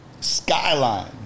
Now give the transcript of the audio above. skyline